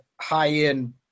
high-end